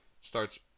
Starts